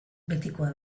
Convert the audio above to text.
betikoa